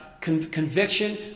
conviction